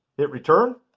hit return,